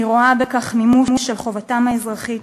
אני רואה בכך מימוש של חובתם האזרחית,